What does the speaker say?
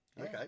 Okay